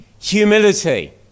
humility